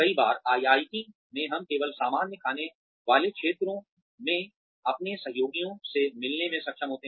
कई बार आईआईटी में हम केवल सामान्य खाने वाले क्षेत्रों में अपने सहयोगियों से मिलने में सक्षम होते हैं